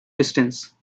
distance